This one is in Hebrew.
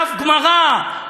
דף גמרא,